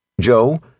Joe